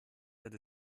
wird